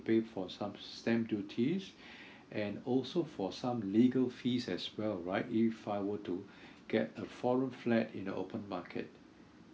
pay for some stamp duty and also for some legal fees as well right if I were to get a four room flat in the open market